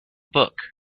book